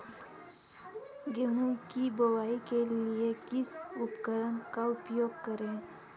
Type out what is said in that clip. गेहूँ की बुवाई के लिए किस उपकरण का उपयोग करें?